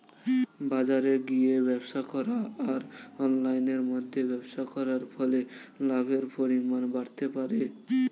বাজারে গিয়ে ব্যবসা করা আর অনলাইনের মধ্যে ব্যবসা করার ফলে লাভের পরিমাণ বাড়তে পারে?